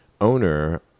owner